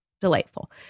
delightful